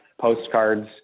postcards